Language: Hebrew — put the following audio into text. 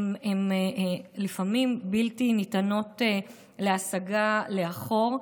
הן לפעמים בלתי ניתנות להסגה לאחור.